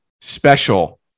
special